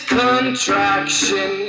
contraction